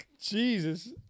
Jesus